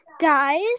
guys